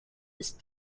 ist